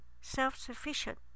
self-sufficient